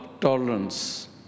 tolerance